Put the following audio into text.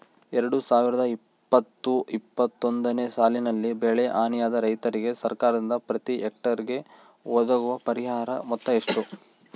ಎರಡು ಸಾವಿರದ ಇಪ್ಪತ್ತು ಇಪ್ಪತ್ತೊಂದನೆ ಸಾಲಿನಲ್ಲಿ ಬೆಳೆ ಹಾನಿಯಾದ ರೈತರಿಗೆ ಸರ್ಕಾರದಿಂದ ಪ್ರತಿ ಹೆಕ್ಟರ್ ಗೆ ಒದಗುವ ಪರಿಹಾರ ಮೊತ್ತ ಎಷ್ಟು?